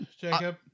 Jacob